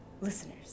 listeners